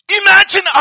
Imagine